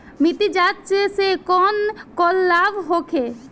मिट्टी जाँच से कौन कौनलाभ होखे?